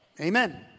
Amen